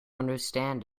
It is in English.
understand